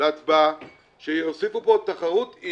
תחרות זה